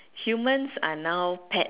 humans are now pets